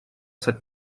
cette